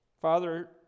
Father